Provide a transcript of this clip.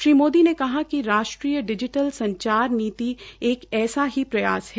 श्री मोदी ने कहा कि राष्ट्रीय डिजीटल संचार नीति एक ऐसा ही प्रयास है